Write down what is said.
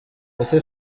ese